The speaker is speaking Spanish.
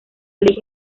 eje